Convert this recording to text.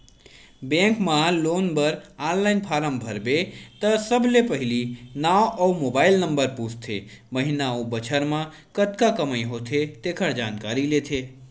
bank म loan बर online form भरबे त सबले पहिली नांव अउ मोबाईल नंबर पूछथे, महिना अउ बछर म कतका कमई होथे तेखर जानकारी लेथे